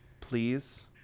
Please